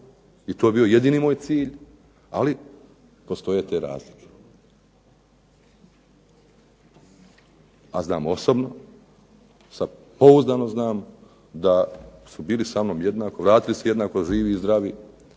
i to je bio moj jedini cilj. Ali postoje te razlike. A znam osobno sada pouzdano znam da su bili sa mnom jednako, vratili se jednako živi i zdravi